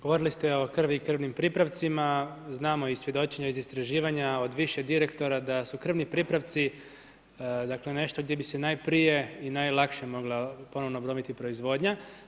Govorili ste o krvi i krvnim pripravcima, znamo iz svjedočenja, iz istraživanja od više direktora da su krvni pripravci nešto gdje bi se najprije i najlakše moglo ponovno obnoviti proizvodnja.